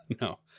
No